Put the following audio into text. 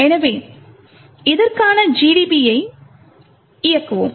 எனவே இதற்காக GDB ஐ இயக்குவோம்